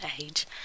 Age